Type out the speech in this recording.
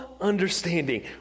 understanding